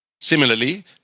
Similarly